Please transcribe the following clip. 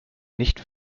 nicht